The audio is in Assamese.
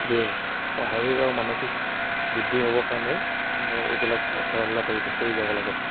বি শাৰীৰিক আৰু মানসিক বৃদ্ধি হ'বৰ কাৰণে এইবিলাক খেলা ধূলা কৰি য কৰি যাব লাগে